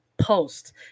post